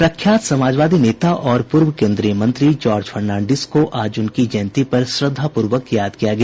प्रख्यात समाजवादी नेता और पूर्व केन्द्रीय मंत्री जार्ज फर्नांडीस को आज उनकी जयंती पर श्रद्धापूर्वक याद किया गया